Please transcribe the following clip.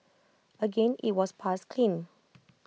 again IT was passed clean